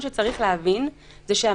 שנדע להפנות אנשים.